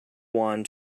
wand